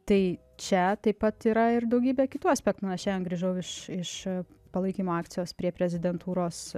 tai čia taip pat yra ir daugybė kitų aspektų na šiandien grįžau iš iš palaikymo akcijos prie prezidentūros